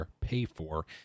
pay-for